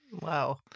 Wow